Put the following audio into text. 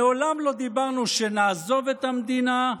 מעולם לא אמרנו שנעזוב את המדינה,